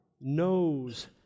knows